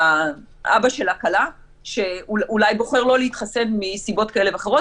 האבא של הכלה שאולי בוחר לא להתחסן מסיבות כאלה ואחרות,